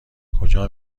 کجا